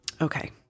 Okay